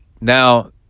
now